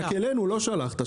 אלינו לא שלחת.